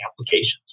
applications